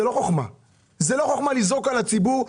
זו לא חוכמה לזרוק על הציבור,